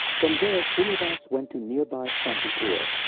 from there shrinivas went to nearby shantipur,